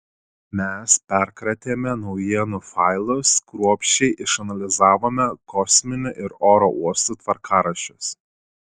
mes perkratėme naujienų failus kruopščiai išanalizavome kosminių ir oro uostų tvarkaraščius